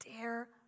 dare